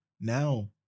now